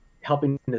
helping